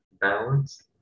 Balance